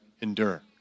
endure